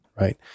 right